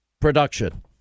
production